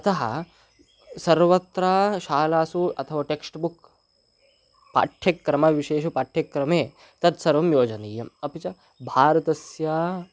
अतः सर्वत्र शालासु अथवा टेक्स्ट्बुक् पाठ्यक्रमविशेषेषु पाठ्यक्रमे तत्सर्वं योजनीयम् अपि च भारतस्य